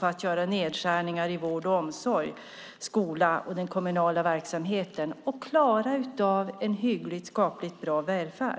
på att göra nedskärningar i vård och omsorg, skola och den kommunala verksamheten och klara av en hygglig och skapligt bra välfärd.